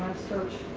search